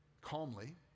calmly